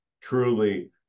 truly